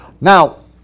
Now